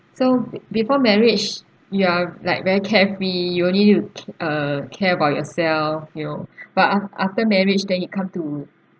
so be~ before marriage you are like very carefree you only need to uh care about yourself you know but af~ after marriage then you come to